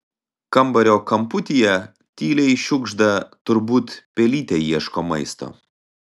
kambario kamputyje tyliai šiugžda turbūt pelytė ieško maisto